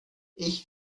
ich